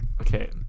okay